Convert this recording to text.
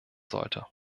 sollte